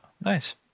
nice